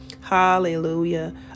hallelujah